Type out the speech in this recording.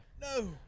no